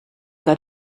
got